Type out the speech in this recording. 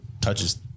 touches